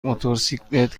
موتورسیکلت